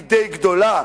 היא די גדולה,